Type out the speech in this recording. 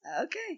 Okay